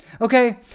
Okay